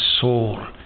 soul